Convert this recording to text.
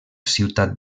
ciutat